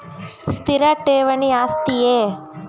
ಸ್ಥಿರ ಠೇವಣಿ ಆಸ್ತಿಯೇ?